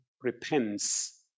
repents